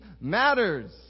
matters